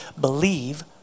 believe